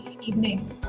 evening